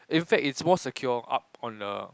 in fact it's more secure up on the